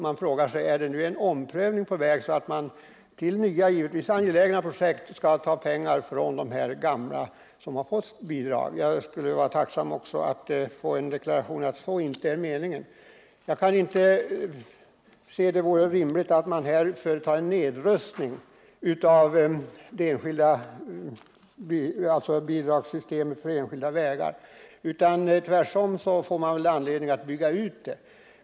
Man frågar sig om det skall tas pengar till nya projekt, som givetvis kan vara angelägna, från de vägar som hittills har fått bidrag. Jag skulle vara tacksam för en deklaration av att så inte är meningen. Jag kan inte se att det vore rimligt att företa en nedrustning av bidragssystemet för enskilda vägar, utan tvärtom får man väl anledning att bygga ut det.